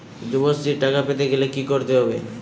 যুবশ্রীর টাকা পেতে গেলে কি করতে হবে?